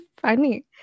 funny